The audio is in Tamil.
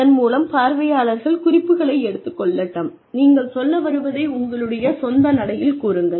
இதன் மூலம் பார்வையாளர்கள் குறிப்புகளை எடுத்துக்கொள்ளட்டும் நீங்கள் சொல்ல வருவதை உங்களுடைய சொந்த நடையில் கூறுங்கள்